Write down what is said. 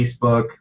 Facebook